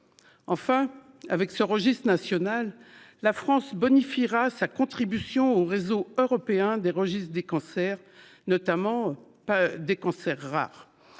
Enfin, avec ce registre national, la France bonifiera sa contribution au réseau européen des registres des cancers, notamment pour les cancers rares.